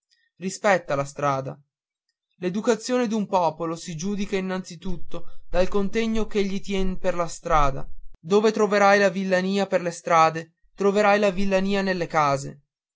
rispetta la strada l'educazione d'un popolo si giudica innanzi tutto dal contegno ch'egli tien per la strada dove troverai la villania per le strade troverai la villania nelle case